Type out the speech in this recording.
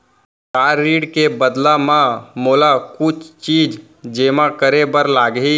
का ऋण के बदला म मोला कुछ चीज जेमा करे बर लागही?